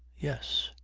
yes.